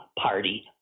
party